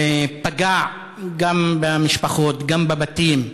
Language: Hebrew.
פגע גם במשפחות, גם בבתים,